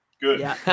Good